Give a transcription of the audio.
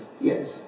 yes